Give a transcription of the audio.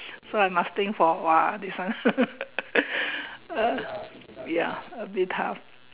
so I must think for a while this one uh ya a bit tough